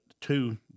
two